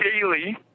daily